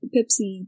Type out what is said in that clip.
Pepsi